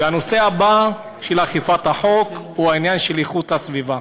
והנושא הבא באכיפת החוק הוא העניין של איכות הסביבה.